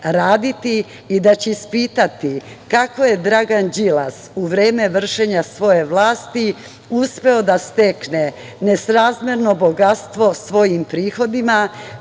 i da će ispitati kako je Dragan Đilas, u vreme vršenja svoje vlasti, uspeo da stekne nesrazmerno bogatstvo svojim prihodima,